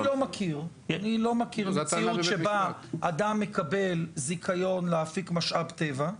אני לא מכיר מציאות שבה אדם מקבל זיכיון להפיק משאב טבע,